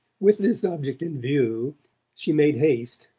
with this object in view she made haste,